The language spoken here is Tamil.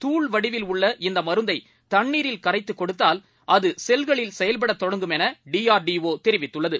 தாள்வடிவில்உள்ளஇந்தமருந்தை தண்ணீரில்கரைத்துகொடுத்தால்அதுசெல்களில்செயல்படதொடங்கும்எனடிஆர்டிஓதெரி வித்துள்ளது